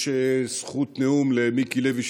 יש זכות נאום למיקי לוי,